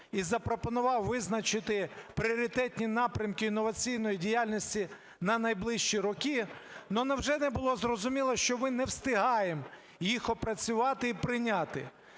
і запропонував визначити пріоритетні напрямки інноваційної діяльності на найближчі роки. Ну невже не було зрозуміло, що ми не встигаємо їх опрацювати і прийняти?